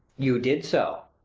you did so.